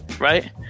Right